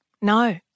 No